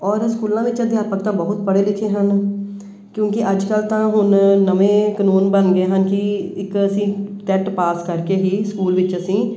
ਔਰ ਸਕੂਲਾਂ ਵਿੱਚ ਅਧਿਆਪਕ ਤਾਂ ਬਹੁਤ ਪੜ੍ਹੇ ਲਿਖੇ ਹਨ ਕਿਉਂਕਿ ਅੱਜ ਕੱਲ੍ਹ ਤਾਂ ਹੁਣ ਨਵੇਂ ਕਾਨੂੰਨ ਬਣ ਗਏ ਹਨ ਕਿ ਇੱਕ ਅਸੀਂ ਟੈਟ ਪਾਸ ਕਰਕੇ ਹੀ ਸਕੂਲ ਵਿੱਚ ਅਸੀਂ